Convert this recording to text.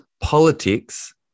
politics